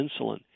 insulin